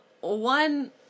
One